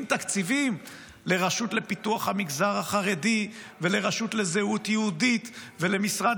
תקציבים לרשות לפיתוח המגזר החרדי ולרשות לזהות יהודית ולמשרד